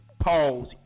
Pause